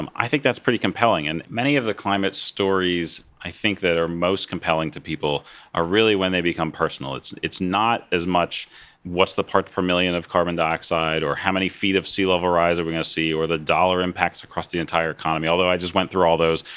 um i think that's pretty compelling, and many of the climate stories i think that are most compelling to people are really when they become personal. it's it's not as much what's the parts per million of carbon dioxide, or how many feet of sea level rise we're going to see, or the dollar impacts across the entire economy, although i just went through all those.